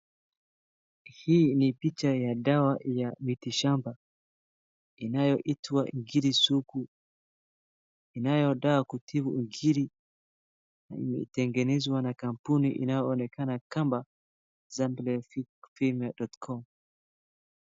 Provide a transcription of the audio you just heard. Hii ni picha ya dawa ya mitishamba inayoitwa ngiri sugu inayodawa ya kutibu ungiri. imetengenezwa na kampuni inyoonekana kama Zerbal femal.com.